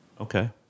Okay